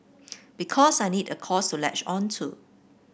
because I need a cause to latch on to